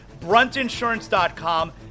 bruntinsurance.com